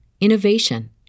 innovation